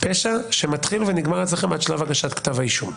פשע שמתחיל ונגמר אצלכם, עד להגשת כתב האישום.